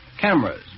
Cameras